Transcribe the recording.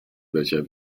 welcher